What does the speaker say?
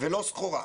ולא סחורה.